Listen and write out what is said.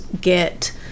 get